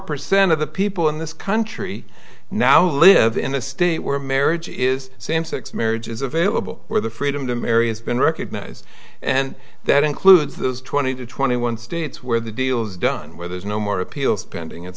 percent of the people in this country now live in a state where marriage is same sex marriage is available where the freedom to marry has been recognized and that includes those twenty to twenty one states where the deals done where there's no more appeals pending and